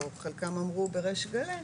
חלקם אמרו בריש גלי,